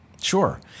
Sure